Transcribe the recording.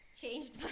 Changed